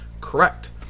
Correct